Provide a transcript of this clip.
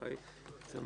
המנכ"ל.